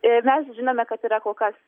ir mes žinome kad yra kol kas